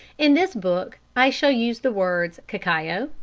in this book i shall use the words cacao,